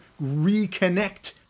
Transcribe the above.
reconnect